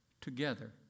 together